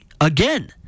again